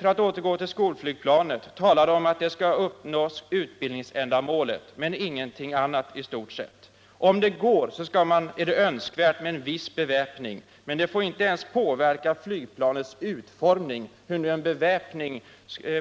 För att återgå till skolflygplanet så talar socialdemokraterna och folkpartiet om att skolflygplanet skall uppnå utbildningsändamålet men ingenting annat i stort sett. Om det är möjligt är det önskvärt med en viss beväpning, men flygplanets utformning får inte påverkas. Hur det skall gå till att beväpningen